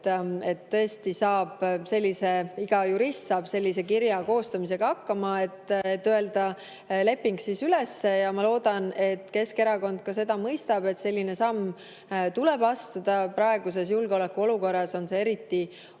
Tõesti, iga jurist saab sellise kirja koostamisega hakkama, et öelda leping üles, ja ma loodan, et Keskerakond mõistab, et selline samm tuleb astuda. Praeguses julgeolekuolukorras on see eriti oluline,